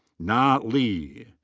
na li.